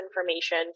information